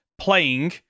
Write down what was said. playing